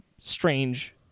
Strange